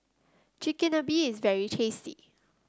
Chigenabe is very tasty